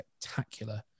spectacular